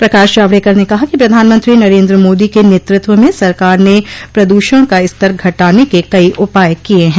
प्रकाश जावड़ेकर ने कहा कि प्रधानमंत्री नरेन्द्र मोदी के नेतृत्व में सरकार ने प्रदूषण का स्तर घटाने के कई उपाय किए हैं